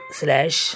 slash